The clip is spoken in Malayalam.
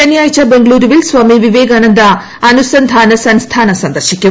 ശനിയാഴ്ച ബംഗളൂരുവിൽ സ്വാമിവിവേകാന്ന്ദ്ടി അനുസന്ധാന സൻസ്ഥാന സന്ദർശിക്കും